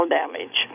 damage